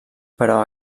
però